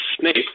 Snape